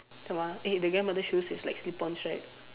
Dharma eh the grandmother shoes is like slip-ons right